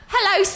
Hello